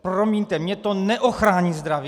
Promiňte, mně to neochrání zdraví.